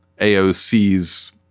AOC's